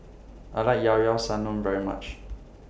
I like Llao Llao Sanum very much